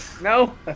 No